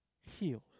healed